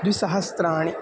द्विसहस्राणि